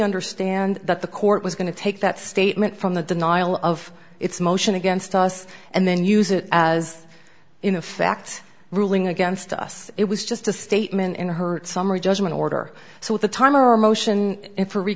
understand that the court was going to take that statement from the denial of its motion against us and then use it as in effect ruling against us it was just a statement in her summary judgment order so at the time or a motion for re